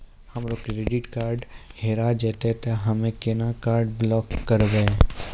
हमरो credit card हेरा जेतै ते हम्मय केना कार्ड ब्लॉक करबै?